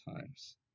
times